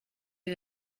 les